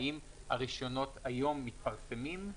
האם הרישיונות היום מתפרסמים.